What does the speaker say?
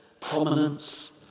prominence